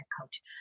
coach